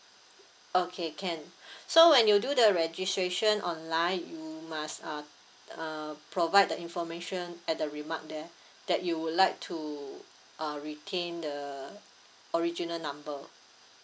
okay can so when you do the registration online you must uh uh provide the information at the remark there that you would like to uh retain the original number